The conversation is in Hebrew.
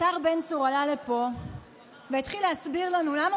השר בן צור עלה לפה והתחיל להסביר לנו למה